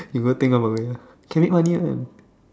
you go think of a way ah can make money [one]